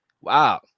Wow